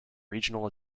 regional